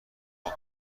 پاک